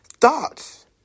thoughts